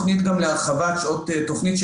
תוכנית,